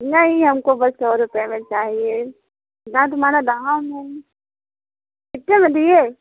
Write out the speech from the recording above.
नहीं हमको बस सौ रुपये में चाहिए इतना तुम्हारा दाम है कितने में दिए